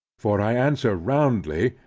for i answer roundly,